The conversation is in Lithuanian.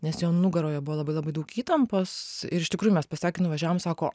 nes jo nugaroje buvo labai labai daug įtampos ir iš tikrųjų mes pas ją kai nuvažiavom sako